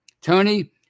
Tony